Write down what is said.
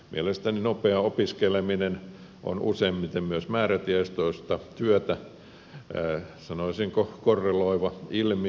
mielestäni nopea opiskeleminen on useimmiten myös määrätietoista työtä sanoisinko korreloiva ilmiö